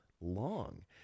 long